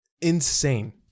Insane